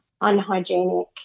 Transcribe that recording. unhygienic